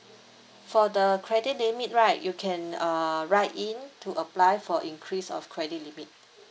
for the credit limit right you can uh write in to apply for increase of credit limit